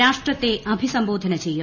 രാഷ്ട്രത്തെ അഭിസംബോധന ചെയ്യും